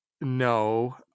no